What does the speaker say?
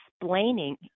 explaining